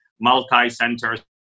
multi-centers